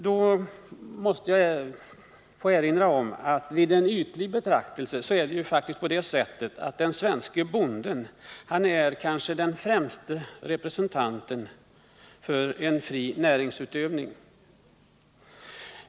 Då måste jag få erinra om att vid en ytlig betraktelse finner man faktiskt att den svenske bonden är kanske den främste representanten för en fri näringsutövning.